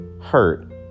hurt